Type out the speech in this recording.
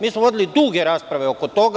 Mi smo vodili duge rasprave oko toga.